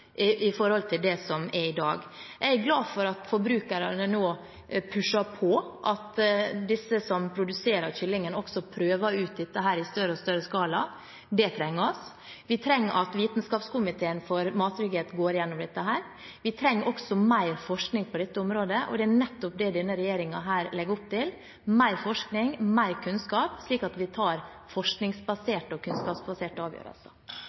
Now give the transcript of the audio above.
i forhold til det som er i dag. Jeg er glad for at forbrukerne nå pusher på, at de som produserer kylling, prøver ut dette i større og større skala. Det trenger vi. Vi trenger at Vitenskapskomiteen for mattrygghet går gjennom dette. Vi trenger også mer forskning på dette området, og det er nettopp det denne regjeringen legger opp til: mer forskning, mer kunnskap, slik at vi tar forskningsbaserte og kunnskapsbaserte avgjørelser.